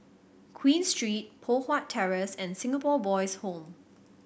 Queen Street Poh Huat Terrace and Singapore Boys' Home